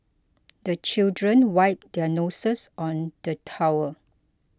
the children wipe their noses on the towel